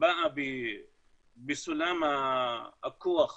באה בסולם הכוח